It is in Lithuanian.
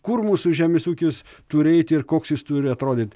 kur mūsų žemės ūkis turi eit ir koks jis turi atrodyt